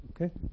Okay